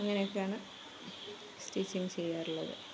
അങ്ങനെയക്കെയാണ് stitching ചെയ്യാറുള്ളത്